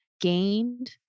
gained